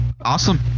Awesome